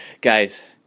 Guys